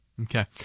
Okay